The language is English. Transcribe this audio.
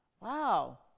Wow